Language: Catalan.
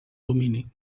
domini